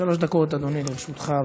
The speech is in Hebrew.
שלוש דקות, אדוני, לרשותך.